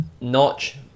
Notch